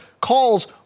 calls